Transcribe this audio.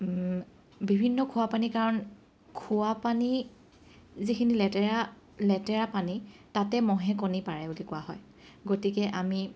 বিভিন্ন খোৱা পানীৰ কাৰণ খোৱা পানী যিখিনি লেতেৰা লেতেৰা পানী তাতে মহে কণী পাৰে বুলি কোৱা হয় গতিকে আমি